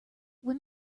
when